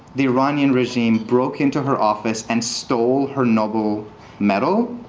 the iranian regime broke into her office and stole her nobel metal.